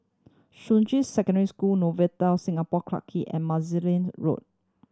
Shuqun Secondary School Novotel Singapore Clarke Quay and Road